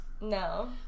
No